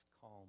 calm